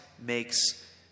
makes